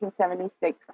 1976